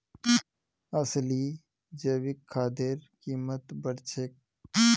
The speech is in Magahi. असली जैविक खादेर कीमत बढ़ छेक